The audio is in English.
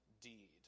deed